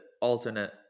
alternate